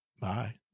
Bye